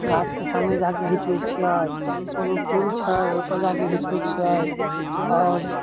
गाछके सामने जाके घिचबै छिए कोनो पुल छै ओहिपर जाके घिचबै छिए आओर